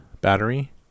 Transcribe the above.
battery